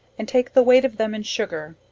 and take the weight of them in sugar,